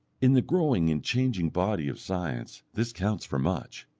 in the growing and changing body of science this counts for much.